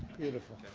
beautiful.